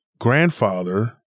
grandfather